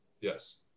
Yes